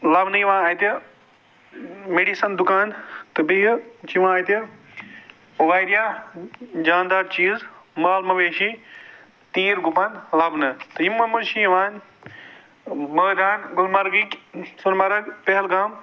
لَبنہٕ یِوان اَتہِ میٚڈِسَن دُکان تہٕ بیٚیہِ چھِ یِوان اَتہِ واریاہ جاندار چیٖز مال مَویشی تیٖر گُپَن لَبنہٕ تہٕ یِمَو منٛز چھِ یِوان مٲدان گُلمَرگٕکۍ سۄنہٕ مرگ پہلگام